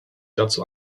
dazu